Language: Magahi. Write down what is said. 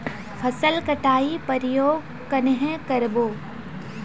फसल कटाई प्रयोग कन्हे कर बो?